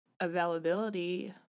availability